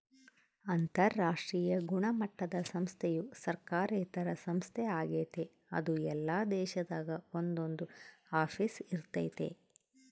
ಅಂತರಾಷ್ಟ್ರೀಯ ಗುಣಮಟ್ಟುದ ಸಂಸ್ಥೆಯು ಸರ್ಕಾರೇತರ ಸಂಸ್ಥೆ ಆಗೆತೆ ಅದು ಎಲ್ಲಾ ದೇಶದಾಗ ಒಂದೊಂದು ಆಫೀಸ್ ಇರ್ತತೆ